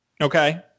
Okay